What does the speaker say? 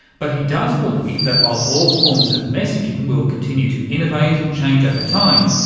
but he does believe that while all forms of messaging will continue to innovate and change over time,